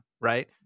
right